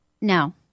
no